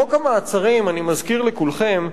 חוק המעצרים, אני מזכיר לכולם,